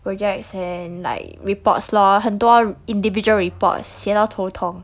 projects and like reports lor 很多 individual report 写到头痛